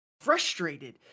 frustrated